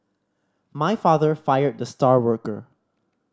my father fired the star worker